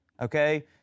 Okay